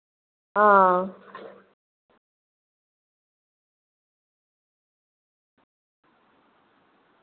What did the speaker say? हां